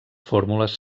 fórmules